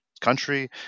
country